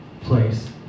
place